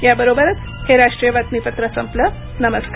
या बरोबरच हे राष्ट्रीय बातमीपत्र संपलं नमस्कार